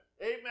amen